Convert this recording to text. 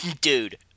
Dude